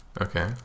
okay